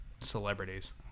celebrities